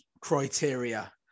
criteria